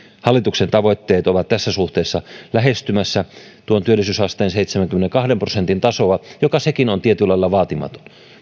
hallituksen tavoitteet ovat tässä suhteessa lähestymässä tuo työllisyysasteen seitsemänkymmenenkahden prosentin taso joka sekin on tietyllä lailla vaatimaton